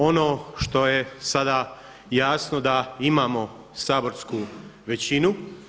Ono što je sada jasno da imamo saborsku većinu.